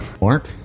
Mark